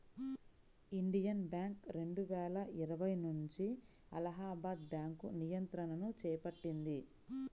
Indian Bank రెండువేల ఇరవై నుంచి అలహాబాద్ బ్యాంకు నియంత్రణను చేపట్టింది